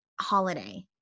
holiday